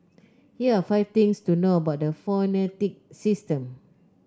here are five things to know about the phonetic system